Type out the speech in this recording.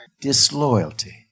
Disloyalty